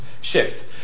shift